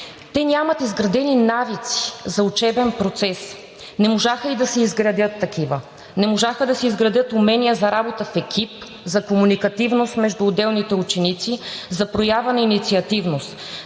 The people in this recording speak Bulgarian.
те нямат изградени навици за учебен процес, не можаха да си изградят такива, не можаха да си изградят умения за работа в екип, за комуникативност между отделните ученици, за проява на инициативност.